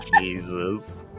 Jesus